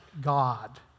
God